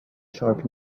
sharp